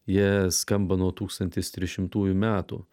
jie skamba nuo tūkstantis trišimtųjų metų